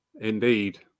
indeed